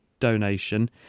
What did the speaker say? donation